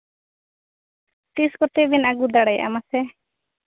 ᱛᱤᱥ ᱠᱚᱛᱮ ᱵᱮᱱ ᱟᱹᱜᱩ ᱫᱟᱲᱮᱭᱟᱜᱼᱟ ᱢᱟᱥᱮ